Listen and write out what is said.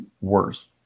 worse